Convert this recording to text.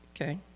Okay